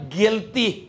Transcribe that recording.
guilty